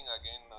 again